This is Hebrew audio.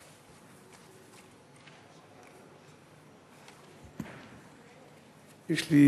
יש לי,